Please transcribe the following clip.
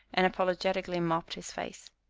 and apologetically mopped his face.